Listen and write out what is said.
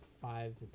five